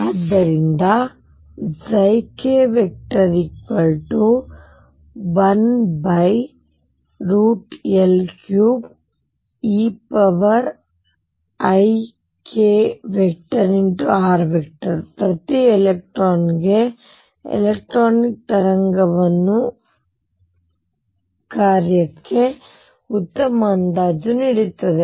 ಆದ್ದರಿಂದ k1L3 eikr ಪ್ರತಿ ಎಲೆಕ್ಟ್ರಾನ್ಗೆ ಎಲೆಕ್ಟ್ರಾನಿಕ್ ತರಂಗ ಕಾರ್ಯಕ್ಕೆ ಉತ್ತಮ ಅಂದಾಜು ನೀಡುತ್ತದೆ